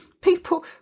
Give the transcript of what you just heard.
people